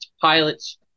Pilots